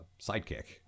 sidekick